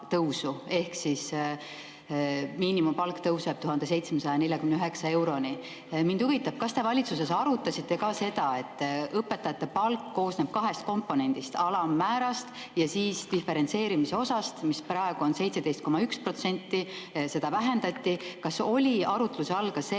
ehk miinimumpalk tõuseb 1749 euroni. Mind huvitab, kas te valitsuses arutasite ka seda, et õpetajate palk koosneb kahest komponendist: alammäärast ja siis diferentseerimise osast, mis praegu on 17,1%. Seda vähendati. Kas oli arutluse all ka see,